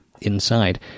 inside